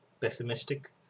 pessimistic